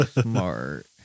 smart